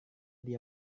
dia